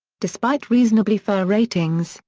despite reasonably fair ratings,